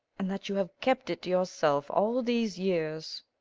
and that you have kept it to yourself all these years!